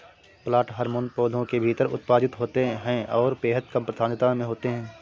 plant hormone पौधों के भीतर उत्पादित होते हैंऔर बेहद कम सांद्रता में होते हैं